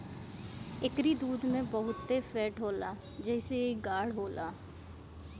एकरी दूध में बहुते फैट होला जेसे इ गाढ़ होला